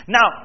Now